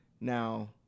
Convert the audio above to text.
now